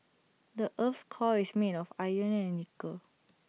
the Earth's core is made of iron and nickel